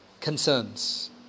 concerns